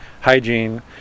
hygiene